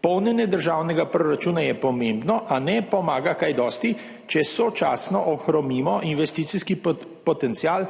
Polnjenje državnega proračuna je pomembno, a ne pomaga kaj dosti, če sočasno ohromimo investicijski potencial